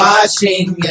Watching